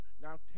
Now